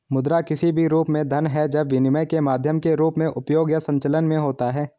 मुद्रा किसी भी रूप में धन है जब विनिमय के माध्यम के रूप में उपयोग या संचलन में होता है